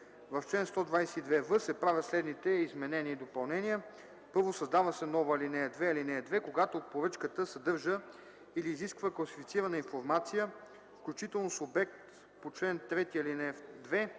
В чл. 122в се правят следните изменения и допълнения: 1. Създава се нова ал. 2: „(2) Когато поръчката съдържа или изисква класифицирана информация, включително с обект по чл. 3, ал. 2,